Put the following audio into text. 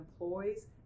employees